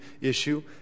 issue